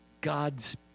God's